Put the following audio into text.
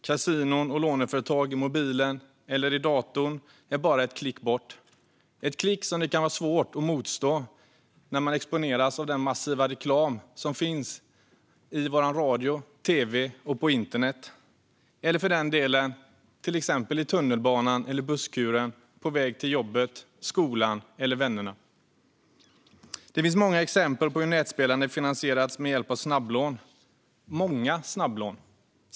Kasinon och låneföretag i mobilen eller i datorn är bara ett klick bort. Det är ett klick som det kan vara svårt att motstå när man exponeras för den massiva reklam som finns i vår radio, tv och på internet. Den finns för den delen också i till exempel tunnelbanan eller busskuren på väg till jobbet, skolan eller vännerna. Det finns många exempel på hur nätspelande finansierats med hjälp av snabblån, många snabblån.